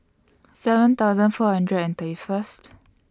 seven thousand four hundred and thirty First